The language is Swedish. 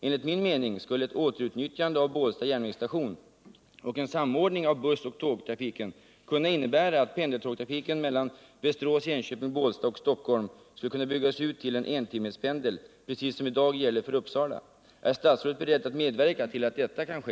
Enligt min mening skulle ett återutnyttjande av Bålsta järnvägsstation och en samordning av bussoch tågtrafiken kunna innebära att pendeltågtrafiken mellan Västerås-Enköping-Bålsta och Stockholm skulle kunna byggas ut till entimmespendel, precis som i dag gäller för Uppsala. Är statsrådet beredd att medverka till att detta kan ske?